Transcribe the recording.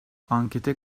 ankete